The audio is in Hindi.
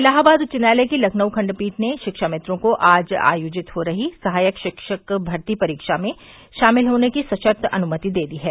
इलाहाबाद उच्च न्यायालय की लखनऊ खण्डपीठ ने शिक्षामित्रों को आज आयोजित हो रही सहायक शिक्षक भर्ती परीक्षा में शामिल होने की सशर्त अनुमति दे दी है